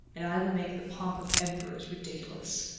and i will make the pomp of emperors ridiculous.